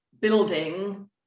building